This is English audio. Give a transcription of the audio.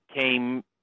came